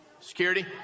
Security